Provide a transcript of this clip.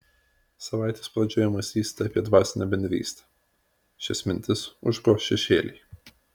savaitės pradžioje mąstysite apie dvasinę bendrystę šias mintis užgoš šešėliai